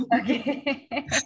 Okay